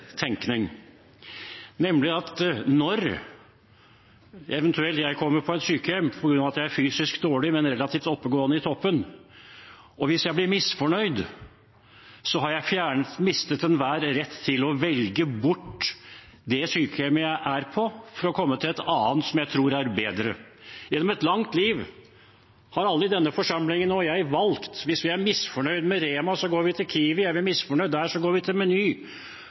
tenkning, nemlig at når jeg eventuelt kommer på et sykehjem fordi jeg er fysisk dårlig, men relativt oppegående i toppen – hvis jeg da blir misfornøyd, har jeg mistet enhver rett til å velge bort det sykehjemmet jeg er på, for å komme til et annet som jeg tror er bedre. Gjennom et langt liv har jeg og alle i denne forsamlingen valgt. Hvis vi er misfornøyd med REMA, går vi til Kiwi. Er vi misfornøyd der, går vi til